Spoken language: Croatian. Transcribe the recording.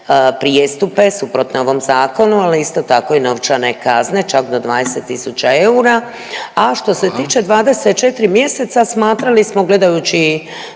prijestupe suprotne ovom zakonu, ali isto tako i novčane kazne čak do 20 tisuća eura…/Upadica Vidović: Hvala./…. A što se tiče 24 mjeseca, smatrali smo gledajući